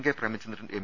K Premachandran M